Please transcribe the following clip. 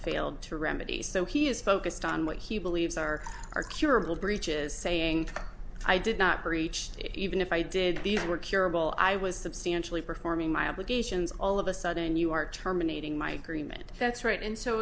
failed to remedy so he is focused on what he believes are curable breach is saying i did not breach to even if i did these were curable i was substantially performing my obligations all of a sudden you are terminating my agreement that's right and so